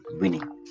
winning